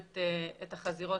חמישה ימים,